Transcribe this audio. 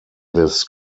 this